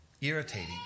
irritating